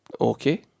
Okay